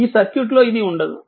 ఈ సర్క్యూట్ లో ఇది ఉండదు